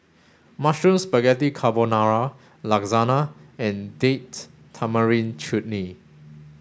Mushroom Spaghetti Carbonara Lasagna and Date Tamarind Chutney